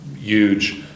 huge